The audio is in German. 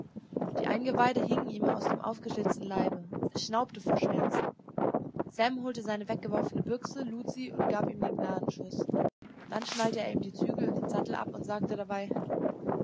die eingeweide hingen ihm aus dem aufgeschlitzten leibe es schnaubte vor schmerzen sam holte seine weggeworfene büchse lud sie und gab ihm den gnadenschuß dann schnallte er ihm die zügel und den sattel ab und sagte dabei